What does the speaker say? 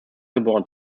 geboren